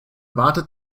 wartet